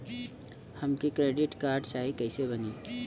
हमके credit card चाही कैसे बनी?